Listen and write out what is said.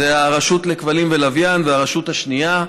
הרשות לכבלים ולוויין והרשות השנייה.